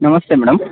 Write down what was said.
ನಮಸ್ತೆ ಮೇಡಮ್